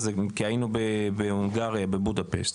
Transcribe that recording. היינו בבודפשט שבהונגריה.